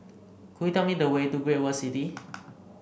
could you tell me the way to Great World City